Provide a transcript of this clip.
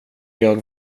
jag